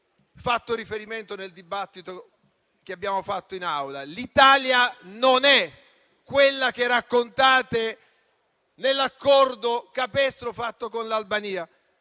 fatto riferimento nel dibattito che abbiamo svolto in Aula. L'Italia non è quella che raccontate nell'accordo capestro fatto con l'Albania.